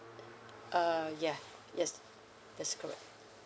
err ya yes that's correct